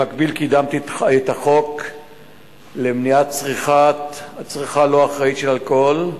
במקביל קידמתי את החוק למניעת צריכה לא אחראית של אלכוהול,